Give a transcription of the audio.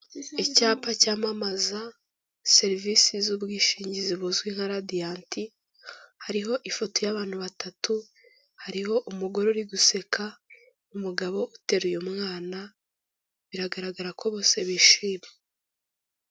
Icyapa cyamamaza serivisi z'ubwishingizi buzwi nka radiyanti hariho ifoto y'abantu batatu, hariho umugore uri guseka, umugabo uteruye umwana biragaragarako bose bishimye.